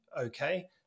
okay